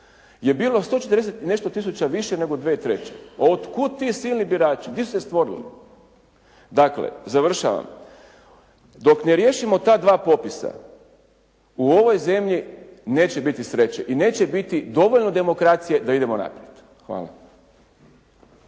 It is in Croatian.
je bilo 140 i nešto tisuća više nego 2003. Otkud ti silni birači? Gdje su se stvorili? Dakle, završavam. Dok ne riješimo ta dva popisa u ovoj zemlji neće biti sreće i neće biti dovoljno demokracije da idemo naprijed. Hvala.